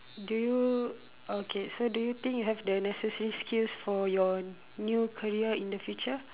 do you okay so do you think you have the necessary skills for your new career in the future